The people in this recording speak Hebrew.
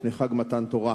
לפני חג מתן תורה.